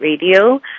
Radio